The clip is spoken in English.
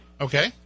Okay